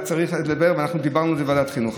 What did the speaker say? צריך לדבר, ודיברנו על זה בוועדת החינוך.